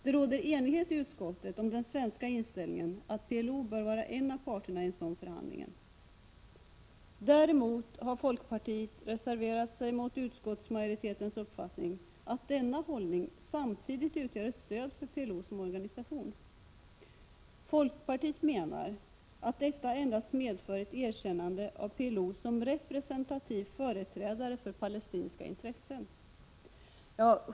Det råder enighet i utskottet om den svenska inställningen att PLO bör vara en av parterna i en sådan förhandling. Däremot har folkpartiet reserverat sig mot utskottsmajoritetens uppfattning att denna hållning samtidigt utgör ett stöd för PLO som organisation. Folkpartiet menar att detta endast medför ett erkännande av PLO som representativ företrädare för palestinska intressen.